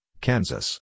Kansas